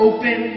Open